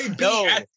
no